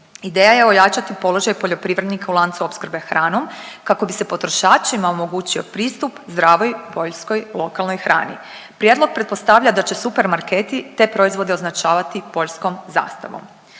Ideja je ojačati položaj poljoprivrednika u lancu opskrbe hranom kako bi se potrošačima omogućio pristup zdravoj poljskoj lokalnoj hrani. Prijedlog pretpostavlja da će supermarketi te proizvode označavati poljskom zastavom.